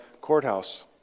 courthouse